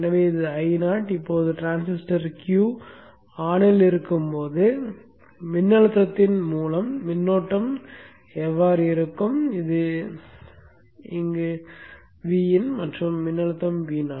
எனவே இது Io இப்போது டிரான்சிஸ்டர் Q On ஆக இருக்கும்போது மின்னழுத்தத்தின் மூலம் மின்னோட்டம் எப்படி இருக்கும் இங்கே Vin மற்றும் மின்னழுத்தம் Vo